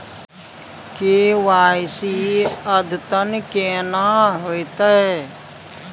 KYC अद्यतन केना होतै?